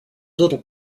little